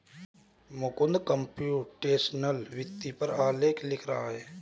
Mukund computational वित्त पर आलेख लिख रहा है